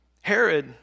Herod